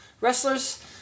wrestlers